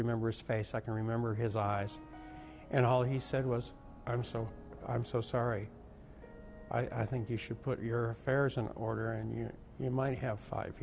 remember a space i can remember his eyes and all he said was i'm so i'm so sorry i think you should put your affairs in order and here you might have five